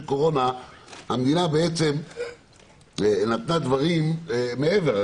קורונה המדינה בעצם נתנה דברים מעבר.